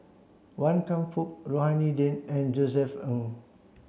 Wan Tam Fook Rohani Din and Josef Ng